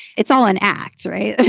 it's all an act. right.